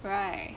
right